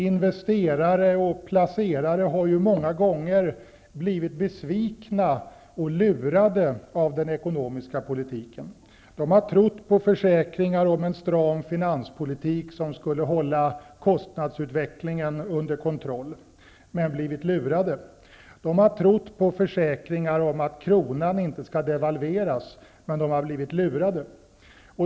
Investerare och placerare har många gånger blivit besvikna och lurade av den ekonomiska politiken. De har trott på försäkringar om en stram finanspolitik som skulle hålla kostnadsutvecklingen under kontroll -- men de har blivit lurade. De har trott på försäkringar om att kronan inte skall devalveras -- men de har blivit lurade.